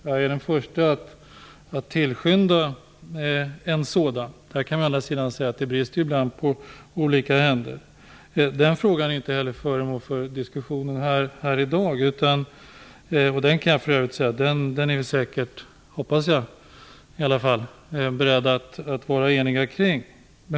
Jag är den förste att tillskynda en sådan. Men där kan vi å andra sidan säga att det brister ibland på olika ställen. Den frågan är inte heller föremål för diskussionen här i dag. Och den hoppas jag att vi är beredda att vara eniga kring.